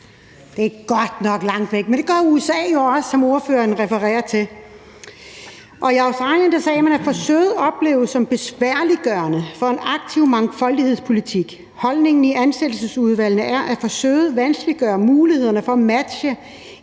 det er godt nok langt væk, men det er USA, som ordføreren refererer til, jo også. I Australien sagde man, at forsøget opleves som besværliggørende for en aktiv mangfoldighedspolitik. Holdningen i ansættelsesudvalgene er, at forsøget vanskeliggør mulighederne for at matche